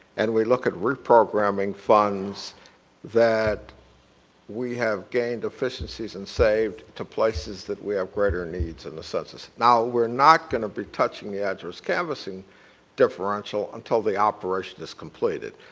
and we look at reprogramming funds that we have gained efficiencies and saved to places that we have greater needs in the census. now we're not going to be touching the address canvassing differential until the operation is completed.